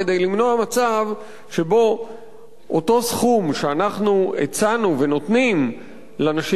כדי למנוע מצב שבו אותו סכום שאנחנו הצענו ונותנים לנשים